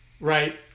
Right